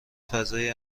فضای